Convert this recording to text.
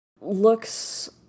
looks